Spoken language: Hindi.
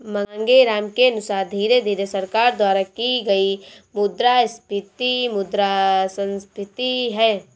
मांगेराम के अनुसार धीरे धीरे सरकार द्वारा की गई मुद्रास्फीति मुद्रा संस्फीति है